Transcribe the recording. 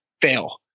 fail